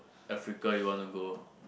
Africa you want to go